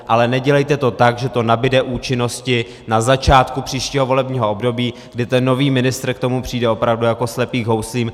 Ale nedělejte to tak, že to nabyde účinnosti na začátku příštího volebního období, kdy ten nový ministr k tomu přijde opravdu jako slepý k houslím.